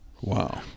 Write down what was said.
Wow